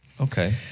Okay